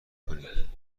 کنیم